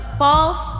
false